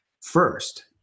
first